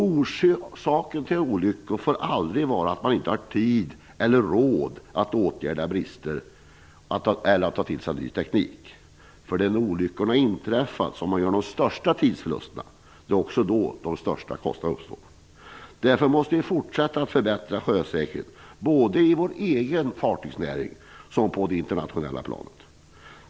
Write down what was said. Orsaken till olyckor får aldrig vara att man inte har tid eller råd att åtgärda brister eller ta till sig ny teknik. Det är när olyckorna inträffat som man gör de största tidsförlusterna. Det är också då de största kostnaderna uppstår. Därför måste vi fortsätta att förbättra sjösäkerheten både i vår egen fartygsnäring och på det internationella planet.